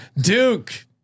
Duke